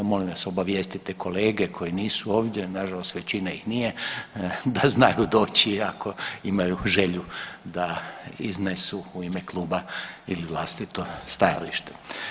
Molim vas obavijestite kolege koji nisu ovdje, nažalost većina ih nije, da znaju doći i ako imaju želju da iznesu u ime kluba ili vlastito stajalište.